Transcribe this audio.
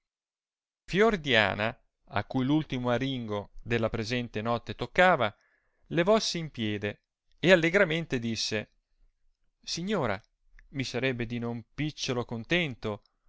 scacciata fiordiana a cui l'ultimo aringo della presente notte toccava levossi in piede e allegramente disse signora mi sarebbe di non picciolo contento